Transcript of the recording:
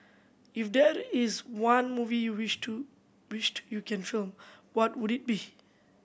if there is one movie you wished to wished you can film what would it be